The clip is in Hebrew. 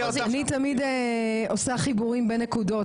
אני תמיד עושה חיבורים בנקודות,